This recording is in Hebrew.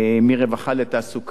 מרווחה לתעסוקה.